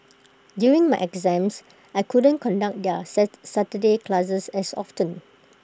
during my exams I couldn't conduct their Saturday classes as often